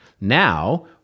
Now